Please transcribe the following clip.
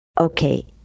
okay